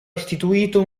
istituito